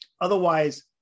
Otherwise